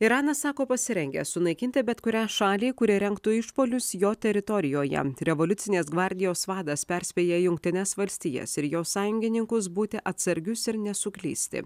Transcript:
iranas sako pasirengęs sunaikinti bet kurią šalį kuri rengtų išpuolius jo teritorijoje revoliucinės gvardijos vadas perspėja jungtines valstijas ir jo sąjungininkus būti atsargius ir nesuklysti